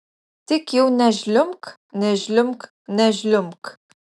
tik jau nežliumbk nežliumbk nežliumbk